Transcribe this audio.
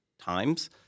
times